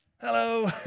Hello